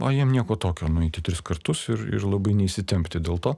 o jiem nieko tokio nueiti tris kartus ir ir labai neįsitempti dėl to